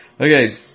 Okay